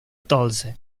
tolse